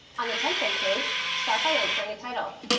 on the template page, start by entering a title.